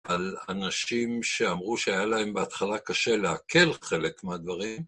על אנשים שאמרו שהיה להם בהתחלה קשה לעכל חלק מהדברים.